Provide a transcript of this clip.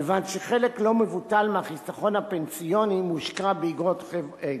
כיוון שחלק לא מבוטל מהחיסכון הפנסיוני מושקע באיגרות חוב אלה.